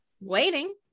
waiting